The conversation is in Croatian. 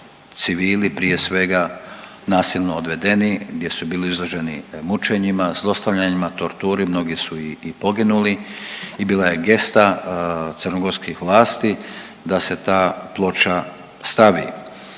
civili prije svega nasilno odvedeni, gdje su bili izloženi mučenjima, zlostavljanjima, torturi, mnogi su i poginuli i bila je gesta crnogorskih vlasti da se ta ploča stavi.